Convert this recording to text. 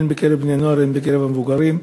הן בקרב בני-נוער הן בקרב המבוגרים.